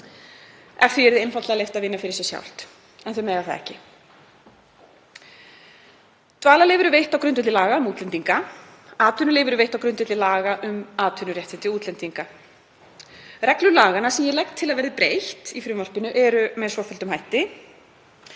ef því yrði einfaldlega leyft að vinna fyrir sér sjálft. En það má það ekki. Dvalarleyfi eru veitt á grundvelli laga um útlendinga. Atvinnuleyfi eru veitt á grundvelli laga um atvinnuréttindi útlendinga. Reglur laganna sem ég legg til að verði breytt í frumvarpinu eru með svofelldum hætti: